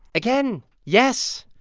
again, yes.